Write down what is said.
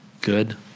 Good